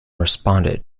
responded